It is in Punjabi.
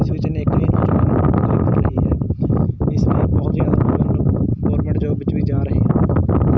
ਇਸ ਵਿੱਚ ਅਨੇਕਾਂ ਹੀ ਨੌਜਵਾਨ ਇਸ ਲਈ ਬਹੁਤ ਜ਼ਿਆਦਾ ਗੌਰਮੈਂਟ ਜੋਬ ਵਿੱਚ ਵੀ ਜਾ ਰਹੇ ਹਨ